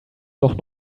doch